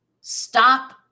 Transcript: stop